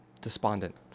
despondent